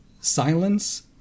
silence